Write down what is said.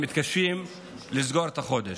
הן מתקשות לסגור את החודש.